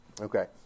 Okay